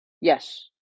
Yes